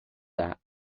that